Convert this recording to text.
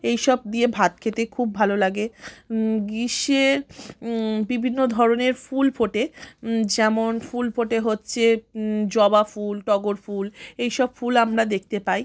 এইসব দিয়ে ভাত খেতে খুব ভালো লাগে গ্রীষ্মে বিভিন্ন ধরনের ফুল ফোটে যেমন ফুল ফোটে হচ্ছে জবা ফুল টগর ফুল এইসব ফুল আমরা দেখতে পাই